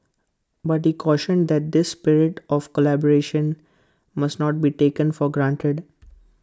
but he cautioned that this spirit of collaboration must not be taken for granted